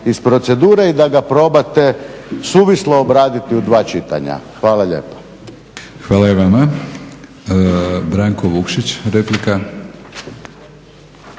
iz procedure i da ga probate suvislo obraditi u dva čitanja. Hvala lijepa. **Batinić, Milorad